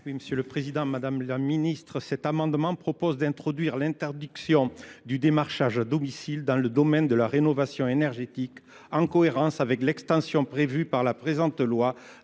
Monsieur le Président, Madame la Ministre, cet amendement propose d'introduire l'interdiction du démarchage domicile dans le domaine de la rénovation énergétique en cohérence avec l'extension prévue par la présente loi